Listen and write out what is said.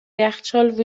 یخچال